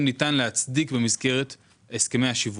שהם מוכרים לטובת מוצרים שבהם סיכויי הזכייה יותר גבוהים.